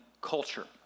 culture